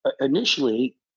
initially